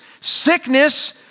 sickness